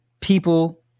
people